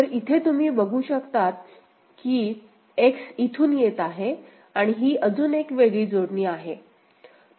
तर इथे तुम्ही बघू शकता की X इथून येत आहे आणि ही अजून एक वेगळी जोडणी आहे